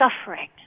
suffering